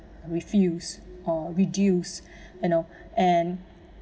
refuse or reduce you know and